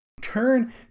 turn